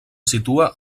situa